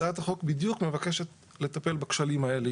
הצעת החוק בדיוק מבקשת לטפל בכשלים האלה.